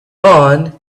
barn